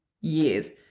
years